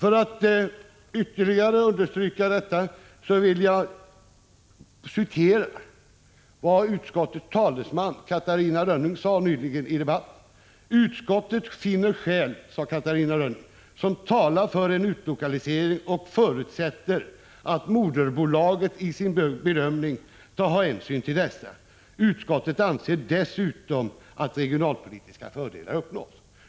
För att ytterligare understryka detta vill jag återge vad utskottets talesman sade nyss i debatten: Utskottet finner skäl som talar för en utlokalisering och förutsätter att moderbolaget i sin bedömning tar hänsyn till detta. Utskottet anser dessutom att regionalpolitiska fördelar uppnås.